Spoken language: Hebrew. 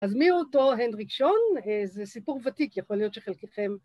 אז מי הוא אותו הנדריק שון? זה סיפור ותיק, יכול להיות שחלקכם...